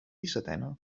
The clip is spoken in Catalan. dissetena